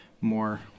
more